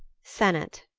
senet.